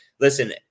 listen